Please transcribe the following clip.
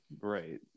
Right